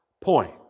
point